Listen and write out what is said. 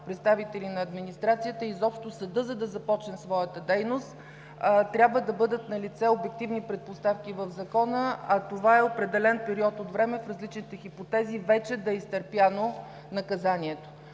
представители на администрацията, изобщо съдът, за да започне своята дейност, трябва да бъдат налице обективни предпоставки в Закона, а това е определен период от време в различните хипотези вече да е изтърпяно наказанието.